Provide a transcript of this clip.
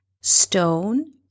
Stone